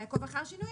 בעקוב אחר שינויים.